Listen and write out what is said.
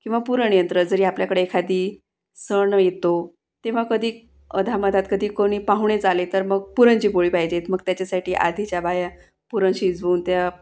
किंवा पुरणयंत्र जरी आपल्याकडे एखादा सण येतो तेव्हा कधी अधामधात कधी कुणी पाहुणेच आले तर मग पुरणाची पोळी पाहिजेत मग त्याच्यासाठी आधीच्या बाया पुरण शिजवून त्या